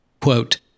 quote